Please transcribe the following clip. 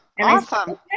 Awesome